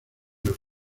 los